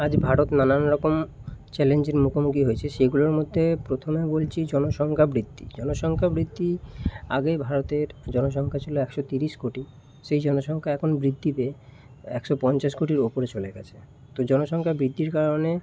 আজ ভারত নানান রকম চ্যালেঞ্জের মুখোমুখি হয়েছে সেইগুলোর মধ্যে প্রথমে বলছি জনসংখ্যা বৃদ্ধি জনসংখ্যা বৃদ্ধি আগেই ভারতের জনসংখ্যা ছিল একশো তিরিশ কোটি সেই জনসংখ্যা এখন বৃদ্ধি পেয়ে একশো পঞ্চাশ কোটির উপরে চলে গিয়েছে তো জনসংখ্যা বৃদ্ধির কারণে